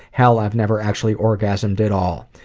hell, i've never actually orgasmed at all,